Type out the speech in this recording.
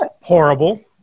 horrible